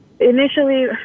Initially